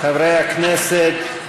חברי הכנסת,